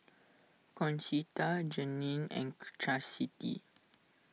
Concetta Janene and Chastity